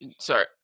Sorry